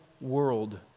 world